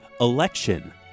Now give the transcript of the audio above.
ELECTION